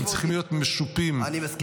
הם צריכים להיות משופים -- אני מסכים איתך.